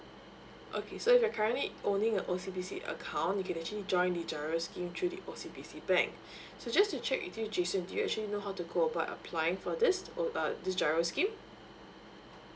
okay so you're currently owning a O_C_B_C account you can actually join the giro schemes through the O_C_B_C bank so just to check with you jason did you actually know how to go about applying for this so uh this giro scheme